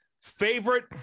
favorite